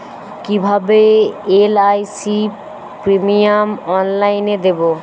কিভাবে LIC premium অনলাইনে দেবো?